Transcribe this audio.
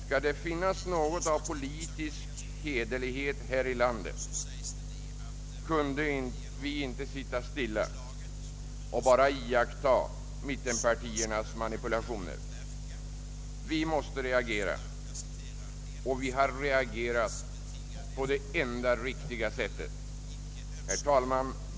Skall det finnas något av politisk hederlighet här i landet kan vi inte sitta stilla och bara iaktta mittenpartiernas manipulationer. Vi måste reagera och vi har reagerat på det enda riktiga sättet. Herr talman!